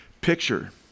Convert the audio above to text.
picture